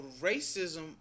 racism